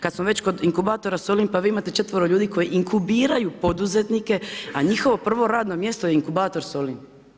Kad smo već kod inkubatora Solin, pa vi imate 4 ljudi koji inkubiraju poduzetnike, a njihovo prvo radno mjesto je inkubator Solin.